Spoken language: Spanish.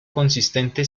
consistente